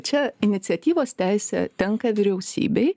čia iniciatyvos teisė tenka vyriausybei